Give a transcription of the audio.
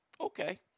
Okay